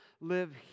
live